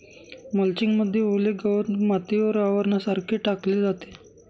mulching मध्ये ओले गवत मातीवर आवरणासारखे टाकले जाते